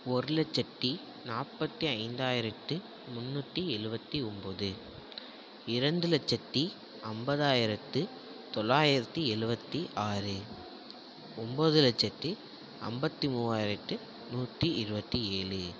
ஒரு லட்சத்தி நாற்பத்தி ஐந்தாயிரத்து முண்ணூத்தி எழுபத்தி ஒன்போது இரண்டு லட்சத்தி ஐம்பதாயிரத்து தொள்ளாயிரத்தி எழுபத்தி ஆறு ஒன்போது லட்சத்தி ஐம்பத்தி மூவாயிரத்து நூற்றி இருபத்தி ஏழு